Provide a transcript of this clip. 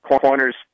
Corner's